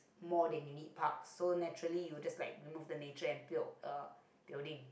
more than you need parks so naturally you just like remove the nature and build a building